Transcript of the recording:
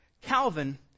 Calvin